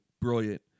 brilliant